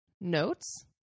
notes